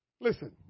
listen